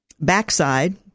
backside